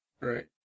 Right